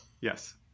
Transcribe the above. Yes